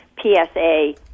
PSA